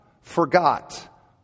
forgot